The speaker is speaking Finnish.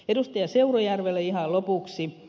seurujärvelle ihan lopuksi